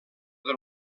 del